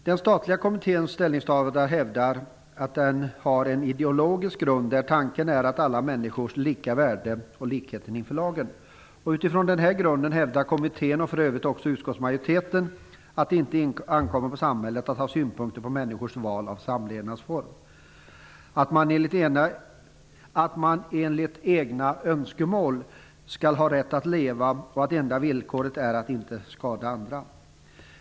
Den statliga kommittén hävdar att dess ställningstagande vilar på en ideologisk grund, där tanken är alla människors lika värde och likhet inför lagen. Utifrån denna grund hävdar kommittén -- och för övrigt också utskottsmajoriteten -- att det inte ankommer på samhället att ha synpunkter på människors val av samlevnadsform. Man skall ha rätt att leva enligt egna önskemål, och enda villkoret är att man inte skadar andra.